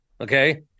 Okay